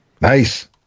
Nice